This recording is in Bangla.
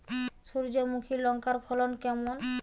সূর্যমুখী লঙ্কার ফলন কেমন?